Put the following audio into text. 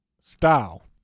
style